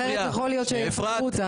אחרת יכול להיות שיפטרו אותך.